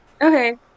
Okay